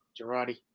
Girardi